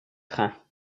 train